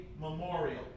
memorial